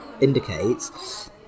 indicates